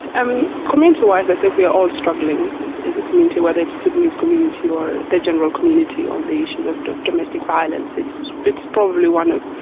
and um community wise i think we are all struggling as a community, whether it's the sudanese community or the general community on the issues of domestic violence. it's it's probably one of